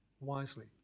wisely